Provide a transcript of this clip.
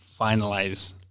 finalize